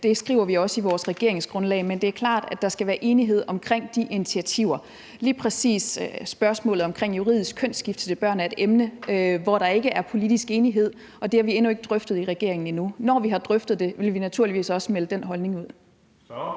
Det skriver vi også i vores regeringsgrundlag. Men det er klart, at der skal være enighed om de initiativer. Lige præcis spørgsmålet om juridisk kønsskifte til børn er et emne, hvor der ikke er politisk enighed, og det har vi endnu ikke drøftet i regeringen. Når vi har drøftet det, vil vi naturligvis også melde den holdning ud.